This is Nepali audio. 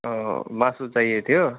मासु चाहिएको थियो